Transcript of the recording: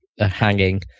hanging